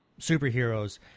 superheroes